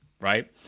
Right